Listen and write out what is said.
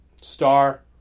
star